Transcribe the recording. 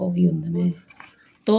ਉਹ ਵੀ ਹੁੰਦੇ ਨੇ ਤੋ